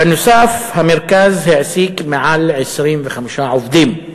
נוסף על כך, המרכז העסיק יותר מ-25 עובדים.